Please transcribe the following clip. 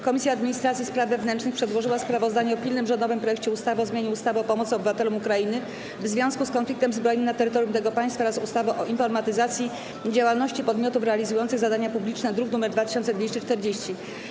Komisja Administracji i Spraw Wewnętrznych przedłożyła sprawozdanie o pilnym rządowym projekcie ustawy o zmianie ustawy o pomocy obywatelom Ukrainy w związku z konfliktem zbrojnym na terytorium tego państwa oraz ustawy o informatyzacji działalności podmiotów realizujących zadania publiczne, druk nr 2240.